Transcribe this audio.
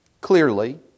Clearly